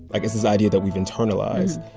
like, it's this idea that we've internalized.